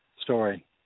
story